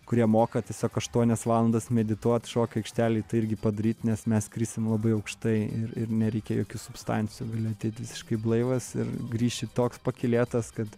kurie moka tiesiog aštuonias valandas medituot šokių aikštelėj tai irgi padaryt nes mes skrisim labai aukštai ir ir nereikia jokių substancijų gali ateit visiškai blaivas ir grįši toks pakylėtas kad